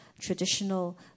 traditional